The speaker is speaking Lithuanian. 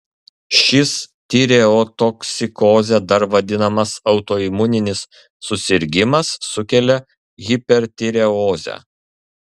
šis tireotoksikoze dar vadinamas autoimuninis susirgimas sukelia hipertireozę